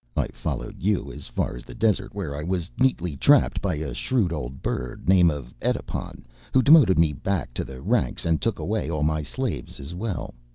i followed you as far as the desert where i was neatly trapped by a shrewd old bird name of edipon who demoted me back to the ranks and took away all my slaves as well.